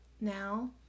now